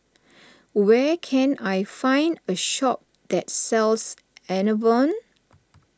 where can I find a shop that sells Enervon